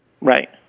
Right